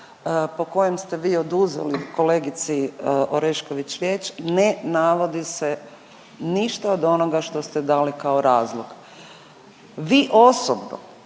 po kojem ste vi oduzeli kolegici Orešković riječ ne navodi se ništa od onoga što ste dali kao razlog. Vi osobno